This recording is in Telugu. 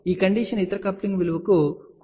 ఈ కండిషన్ ఇతర కప్లింగ్ విలువకు కూడా చెల్లుతుంది